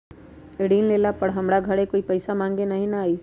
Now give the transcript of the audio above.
ऋण लेला पर हमरा घरे कोई पैसा मांगे नहीं न आई?